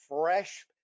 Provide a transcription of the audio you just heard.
fresh